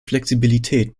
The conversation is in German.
flexibilität